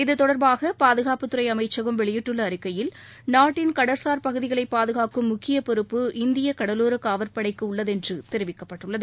இத்தொடர்பாக பாதுகாப்புதுறை அமைச்சகம் வெளியிட்டுள்ள அறிக்கையில் நாட்டின் கடற்சார் பகுதிகளை பாதுகாக்கும் முக்கிய பொறுப்பு இந்திய கடலோர காவல்படைக்கு உள்ளது என தெரிவிக்கப்பட்டுள்ளது